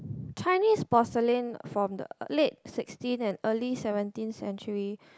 Chinese porcelain from the late sixteen and early seventeen century